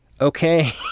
Okay